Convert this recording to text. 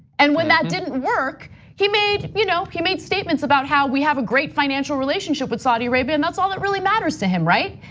and when that didn't work he made you know he made statements about we have a great financial relationship with saudi arabia and that's all that really matter to him, right?